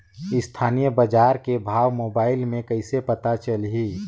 स्थानीय बजार के भाव मोबाइल मे कइसे पता चलही?